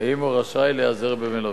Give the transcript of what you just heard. אם הוא רשאי להיעזר במלווה.